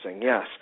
yes